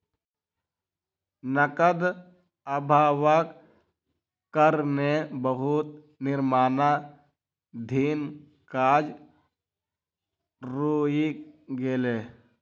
नकद अभावक कारणें बहुत निर्माणाधीन काज रुइक गेलै